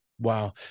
Wow